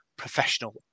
professional